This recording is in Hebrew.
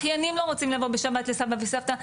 אחיינים לא רוצים לבוא בשבת לסבא וסבתא,